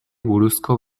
buruzko